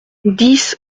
dix